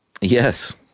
Yes